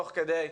תוך כדי,